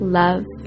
love